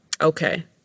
okay